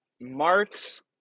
Marx